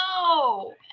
No